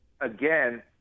again